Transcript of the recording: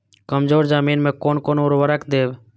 कमजोर जमीन में कोन कोन उर्वरक देब?